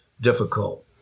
difficult